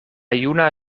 juna